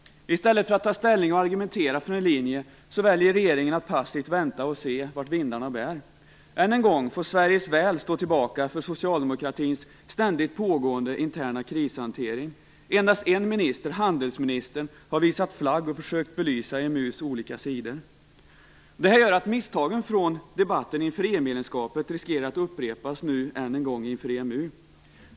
I stället för att ta ställning och argumentera för en linje väljer regeringen att passivt vänta och se vart vindarna bär. Än en gång får Sveriges väl stå tillbaka för socialdemokratins ständigt pågående interna krishantering. Endast en minister, handelsministern, har visat flagg och försökt belysa EMU:s olika sidor. Det här gör att misstagen från debatten inför EU medlemskapet riskerar att upprepas inför EMU beslutet.